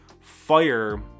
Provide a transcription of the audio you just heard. fire